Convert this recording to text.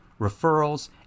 referrals